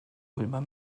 ulmer